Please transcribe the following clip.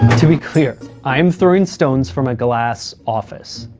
to be clear, i am throwing stones from a glass office.